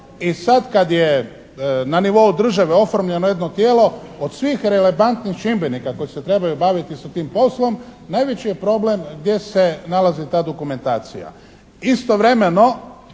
i sad kad je na nivou države oformljeno jedno tijelo od svih relevantnih čimbenika koji se trebaju baviti sa tim poslom najveći je problem gdje se nalazi ta dokumentacija. Istovremeno,